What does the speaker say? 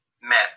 met